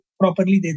properly